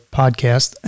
podcast